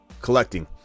collecting